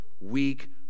weak